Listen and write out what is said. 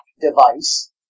device